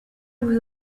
vous